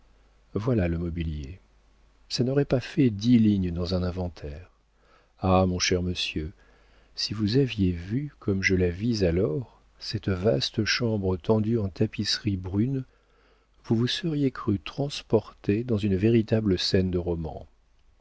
voilà le mobilier ça n'aurait pas fait dix lignes dans un inventaire ah mon cher monsieur si vous aviez vu comme je la vis alors cette vaste chambre tendue en tapisseries brunes vous vous seriez cru transporté dans une véritable scène de roman